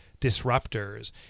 disruptors